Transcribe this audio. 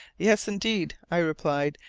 yes, indeed, i replied,